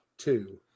Two